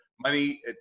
money